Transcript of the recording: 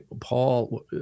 Paul